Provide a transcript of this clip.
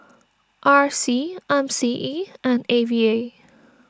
R C M C E and A V A